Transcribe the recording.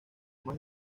más